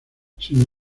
sin